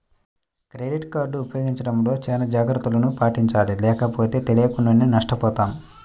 credit card ఉపయోగించడంలో చానా జాగర్తలను పాటించాలి లేకపోతే తెలియకుండానే నష్టపోతాం